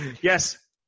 yes